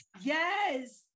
Yes